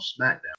SmackDown